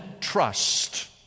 trust